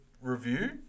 review